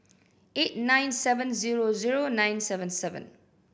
eight nine seven zero zeo nine seven seven